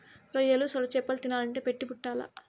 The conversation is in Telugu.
రొయ్యలు, సొరచేపలు తినాలంటే పెట్టి పుట్టాల్ల